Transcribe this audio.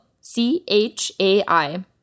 C-H-A-I